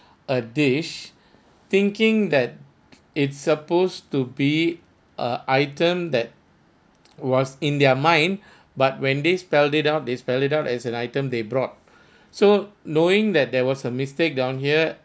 a dish thinking that it's supposed to be a item that was in their mind but when they spelled it out they spelled it out as an item they brought so knowing that there was a mistake down here